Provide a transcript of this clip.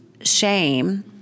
shame